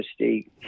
mystique